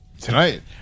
Tonight